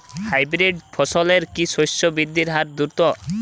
Hybrid ফসলের কি শস্য বৃদ্ধির হার দ্রুত?